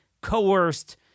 coerced